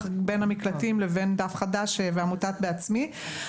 בין המקלטים לבין "דף חדש" ועמותת "בעצמי",